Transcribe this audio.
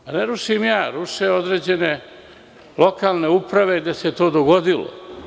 Pa, ne rušim ja, ruše određene lokalne uprave gde se to dogodilo.